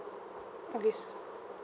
okay